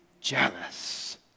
jealous